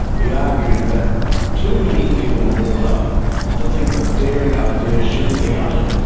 he argued that too many people are brought up to think that daring ideas shouldn't be uttered,